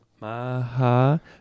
Maha